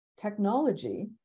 technology